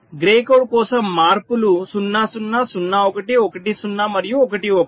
grey code కోసం మార్పులు 0 0 0 1 1 0 మరియు 1 1